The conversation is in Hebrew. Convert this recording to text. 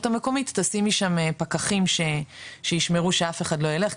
המקומית תשימי שם פקחים שישמרו שאף אחד לא יילך,